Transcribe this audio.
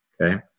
Okay